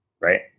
right